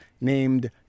named